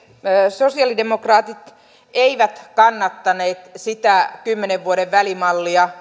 sosialidemokraatit eivät kannattaneet sitä kymmenen vuoden välimallia